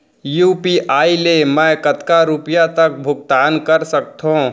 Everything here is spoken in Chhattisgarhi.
यू.पी.आई ले मैं कतका रुपिया तक भुगतान कर सकथों